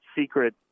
secret